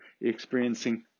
experiencing